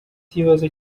ikibazo